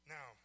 Now